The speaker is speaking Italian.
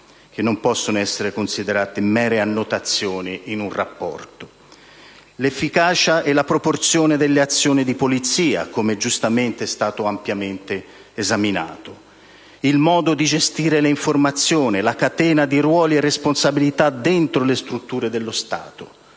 che non possono essere considerate mere annotazioni in un rapporto. Vi sono poi l'efficacia e la proporzione delle azioni di polizia, come giustamente è stato ampiamente esaminato, il modo di gestire le informazioni, la catena dei ruoli e delle responsabilità dentro le strutture dello Stato,